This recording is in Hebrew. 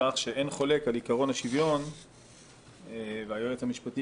בכך שאין חולק על עיקרון השוויון והיועץ המשפטי